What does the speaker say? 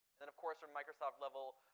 and of course from microsoft level,